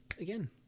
again